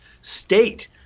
state